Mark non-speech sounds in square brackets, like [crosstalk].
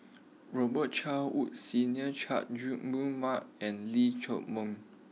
Robet Carr Woods Senior Chay Jung [unintelligible] Mark and Lee [unintelligible]